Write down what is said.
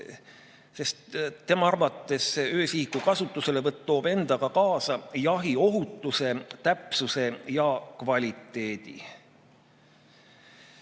sest tema arvates toob öösihiku kasutuselevõtt endaga kaasa jahi ohutuse, täpsuse ja kvaliteedi.